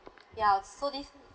ya so this